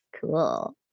Cool